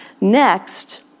Next